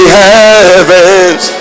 heavens